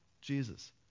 Jesus